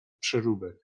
przeróbek